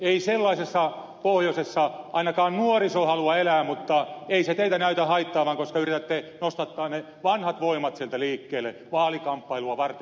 ei sellaisessa pohjoisessa ainakaan nuoriso halua elää mutta ei se teitä näytä haittaavan koska yritätte nostattaa ne vanhat voimat sieltä liikkeelle vaalikamppailua varten